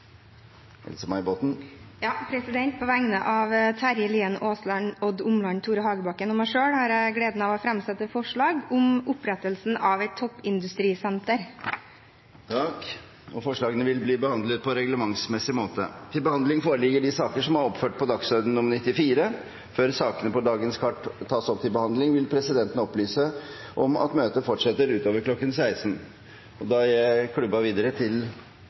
Terje Aasland, Odd Omland, Tore Hagebakken og meg selv har jeg gleden av å framsette et representantforslag om opprettelsen av et toppindustrisenter. Forslagene vil bli behandlet på reglementsmessig måte. Før sakene på dagens kart tas opp til behandling, vil presidenten opplyse om at møtet fortsetter utover kl. 16. Etter ønske fra kommunal- og forvaltningskomiteen vil presidenten foreslå at debatten blir begrenset til